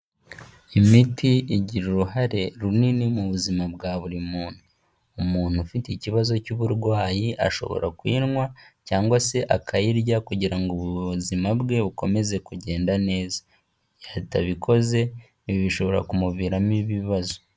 Imiti igira uruhare runini mu buzima bwa buri muntu. Umuntu ufite ikibazo cy'uburwayi ashobora kuyinywa cyangwa se akayirya kugira ngo ubuzima bwe bukomeze kugenda neza. Igihe atabikoze, ibi bishobora kumuviramo ibibazo.